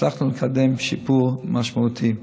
הצלחנו לקדם שיפור משמעותי.